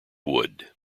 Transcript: wood